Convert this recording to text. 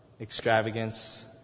extravagance